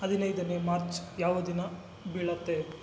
ಹದಿನೈದನೇ ಮಾರ್ಚ್ ಯಾವ ದಿನ ಬೀಳತ್ತೆ